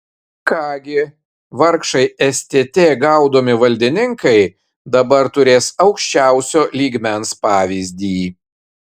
ką gi vargšai stt gaudomi valdininkai dabar turės aukščiausio lygmens pavyzdį